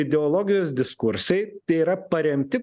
ideologijos diskursai tai yra paremti